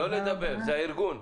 לא לדבר, זה הארגון.